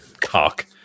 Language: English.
cock